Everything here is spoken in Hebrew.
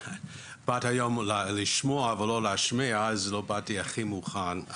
באתי היום לשמוע ולא להשמיע אז לא באתי הכי מוכן,